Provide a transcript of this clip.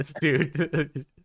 dude